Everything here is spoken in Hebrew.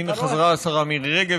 הינה חזרה השרה מירי רגב.